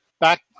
back